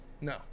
No